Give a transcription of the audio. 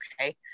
okay